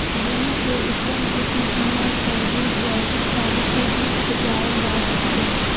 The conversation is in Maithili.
गेहूं के उत्तम किस्म केना छैय जे जैविक खाद से भी उपजायल जा सकते?